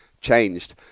changed